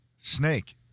Snake